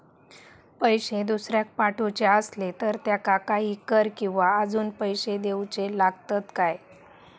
पैशे दुसऱ्याक पाठवूचे आसले तर त्याका काही कर किवा अजून पैशे देऊचे लागतत काय?